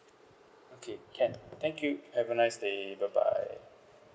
okay can thank you have a nice day bye bye